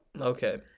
Okay